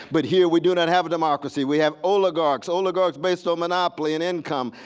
but here we do not have democracy. we have oligarchs, oligarchs based on monopoly and income.